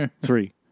Three